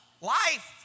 life